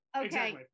Okay